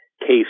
case